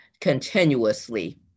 continuously